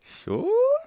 Sure